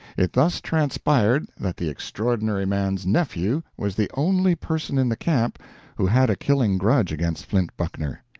it thus transpired that the extraordinary man's nephew was the only person in the camp who had a killing-grudge against flint buckner.